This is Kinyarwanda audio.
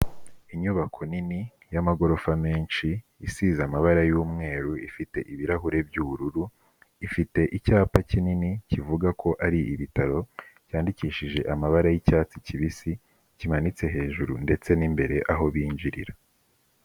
Inyubako nini, y'amagorofa menshi, isize amabara y'umweru, ifite ibirahure by'ubururu, ifite icyapa kinini kivuga ko ari ibitaro byandikishije amabara y'icyatsi kibisi kimanitse hejuru ndetse n'imbere aho binjirira.